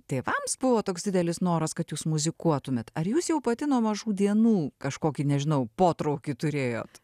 tėvams buvo toks didelis noras kad jūs muzikuotumėt ar jūs jau pati nuo mažų dienų kažkokį nežinau potraukį turėjot